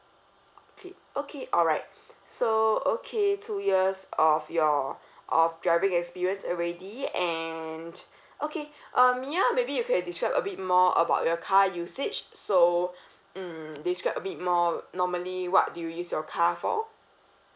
okay okay alright so okay two years of your of driving experience already and okay uh mya maybe you can describe a bit more about your car usage so mm describe a bit more normally what do you use your car for